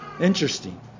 Interesting